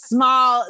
Small